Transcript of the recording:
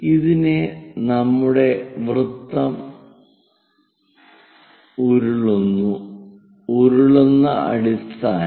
ഇതാണ് നമ്മുടെ വൃത്തം ഉരുളുന്ന അടിസ്ഥാനം